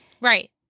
Right